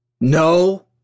No